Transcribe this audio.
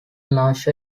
nash